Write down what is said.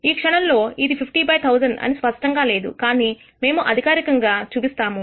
ఈ క్షణంలో ఇది 50 బై 1000 అని స్పష్టంగా లేదు కానీ మేము అధికారికంగా చూపిస్తాము